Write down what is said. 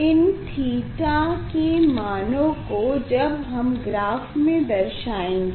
इन theta के मानों को अब हम ग्राफ़ में दर्शायेंगे